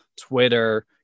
Twitter